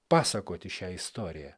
pasakoti šią istoriją